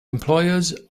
employers